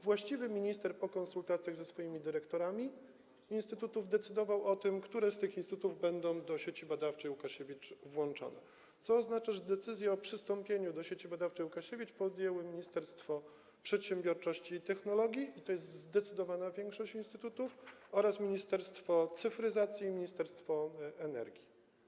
Właściwy minister po konsultacjach ze swoimi dyrektorami instytutów decydował o tym, które z tych instytutów będą do Sieci Badawczej Łukasiewicz włączone, co oznacza, że decyzje o przystąpieniu do Sieci Badawczej Łukasiewicz podjęły Ministerstwo Przedsiębiorczości i Technologii, i to jest zdecydowana większość instytutów, oraz Ministerstwo Cyfryzacji i Ministerstwo Energii.